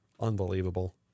Unbelievable